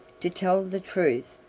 to tell the truth,